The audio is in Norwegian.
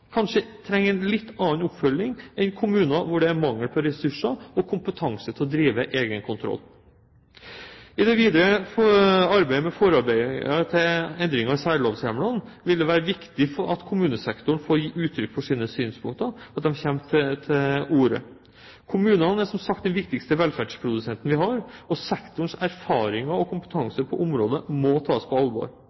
kanskje trenger en litt annen oppfølging enn kommuner hvor det er mangel på ressurser og kompetanse til å drive egenkontroll. I det videre arbeidet med forarbeidet til endringer i særlovshjemlene vil det være viktig at kommunesktoren får gitt uttrykk for sine synspunkter, og at den kommer til orde. Kommunen er som sagt den viktigste velferdsprodusenten vi har, og sektorens erfaringer og kompetanse på området må tas på alvor.